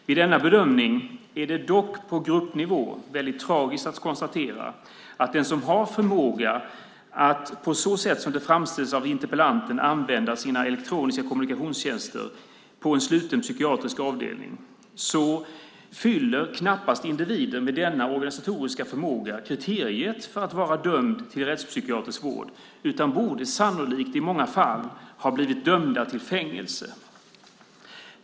Vid denna bedömning är det dock på gruppnivå väldigt tragiskt att konstatera att den individ som har denna organisatoriska förmåga att, på så sätt som det framställs av interpellanten, använda sina elektroniska kommunikationstjänster på en sluten psykiatrisk avdelning knappast uppfyller kriteriet för att vara dömd till rättspsykiatrisk vård utan i många fall sannolikt borde ha blivit dömd till fängelse.